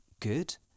good